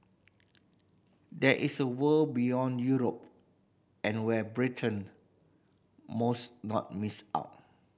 there is a world beyond Europe and where Britain most not miss out